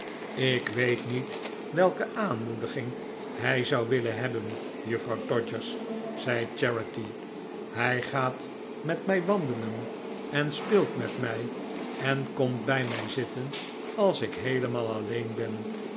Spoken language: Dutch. ik weet niet welke aanmoediging hij zou willen juffrouw todgers zei charity hij gaat met mij wandelen en speelt met mij en komt bij mij zitten als ik heelemaal alleen ben